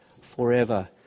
forever